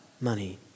money